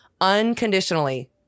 unconditionally